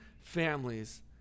families